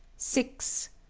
six.